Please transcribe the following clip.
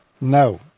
No